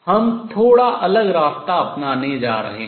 हम थोड़ा अलग रास्ता अपनाने जा रहे हैं